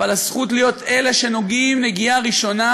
אבל הזכות להיות אלה שנוגעים נגיעה ראשונה